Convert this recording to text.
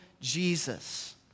Jesus